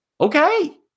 okay